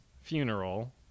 funeral